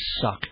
suck